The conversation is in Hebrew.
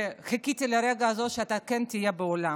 וחיכיתי לרגע הזה שאתה כן תהיה באולם: